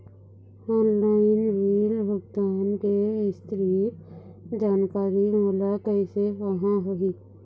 Online bill भुगतान के विस्तृत जानकारी मोला कैसे पाहां होही?